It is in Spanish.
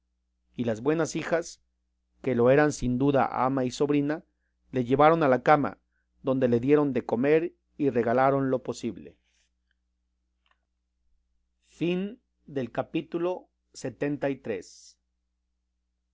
y las buenas hijas que lo eran sin duda ama y sobrina le llevaron a la cama donde le dieron de comer y regalaron lo posible capítulo lxxiv de